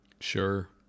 Sure